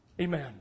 amen